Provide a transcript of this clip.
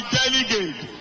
delegates